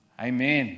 Amen